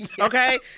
Okay